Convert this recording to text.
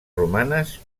romanes